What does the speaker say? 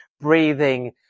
breathing